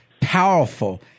powerful